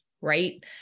right